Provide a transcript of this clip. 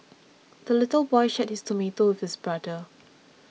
the little boy shared his tomato with his brother